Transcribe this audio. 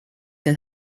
that